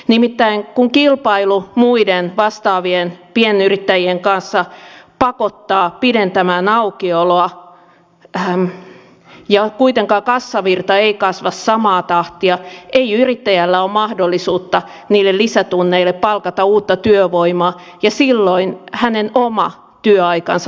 nimittäin kun kilpailu muiden vastaavien pienyrittäjien kanssa pakottaa pidentämään aukioloa ja kuitenkaan kassavirta ei kasva samaa tahtia ei yrittäjällä ole mahdollisuutta niille lisätunneille palkata uutta työvoimaa ja silloin hänen oma työaikansa pitenee